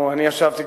אני ישבתי,